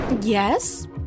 Yes